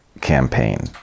campaign